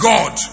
God